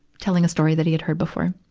telling a story that he had heard before,